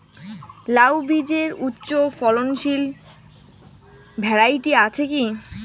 লাউ বীজের উচ্চ ফলনশীল ভ্যারাইটি আছে কী?